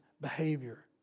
behavior